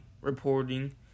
reporting